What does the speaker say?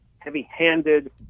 heavy-handed